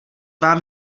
vám